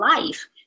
life